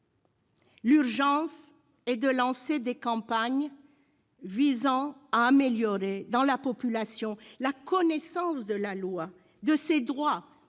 Elle est de lancer des campagnes visant à améliorer, au sein de la population, la connaissance de la loi, des droits